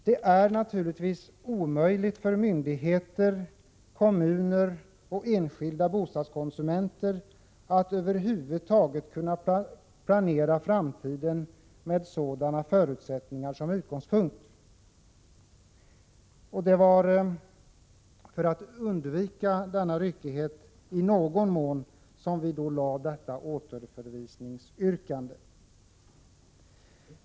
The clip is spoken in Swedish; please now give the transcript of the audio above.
Det är naturligtvis omöjligt för myndigheter, kommuner och enskilda bostadskonsumenter att över huvud taget planera framtiden med sådana förutsättningar som utgångspunkt. Det var för att i någon mån undvika denna ryckighet som vi framställde återförvisningsyrkandet.